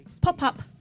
pop-up